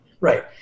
Right